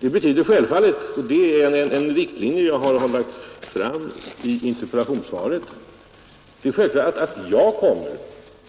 Det betyder självfallet — det är en riktlinje som jag lagt fram i mitt interpellationssvar — att jag kommer